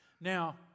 Now